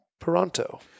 Peranto